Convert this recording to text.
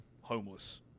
homeless